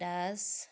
Das